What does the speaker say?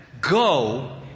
go